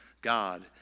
God